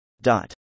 Dot